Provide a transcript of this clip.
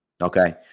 Okay